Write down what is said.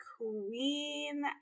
queen